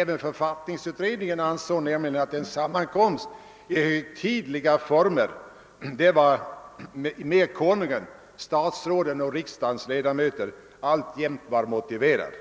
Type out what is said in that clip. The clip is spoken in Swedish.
Även författningsutredningen an såg nämligen att en sammankomst i högtidliga former mellan Konungen, statsråden och riksdagens ledamöter alltjämt var motiverad.